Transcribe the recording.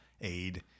aid